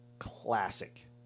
classic